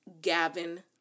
Gavin